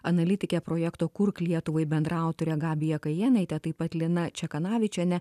analitike projekto kurk lietuvai bendraautore gabija kajėnaite taip pat lina čekanavičiene